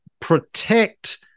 protect